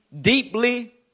deeply